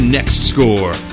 NextScore